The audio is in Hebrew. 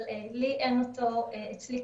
אבל בסופו של דבר